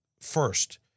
first